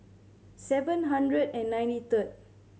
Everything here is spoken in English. seven hundred and ninety third